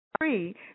free